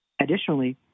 Additionally